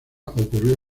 ocurrió